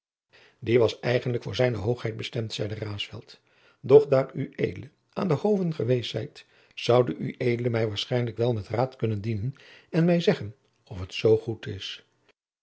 die was eigenlijk voor z h bestemd zeide raesfelt doch daar ued aan de hoven geweest zijt zoude ued mij waarschijnlijk wel met raad kunnen dienen en mij zeggen of het zoo goed is